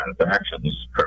transactions